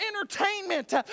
entertainment